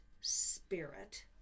spirit